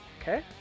Okay